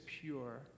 pure